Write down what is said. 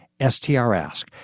STRask